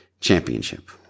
Championship